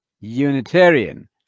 Unitarian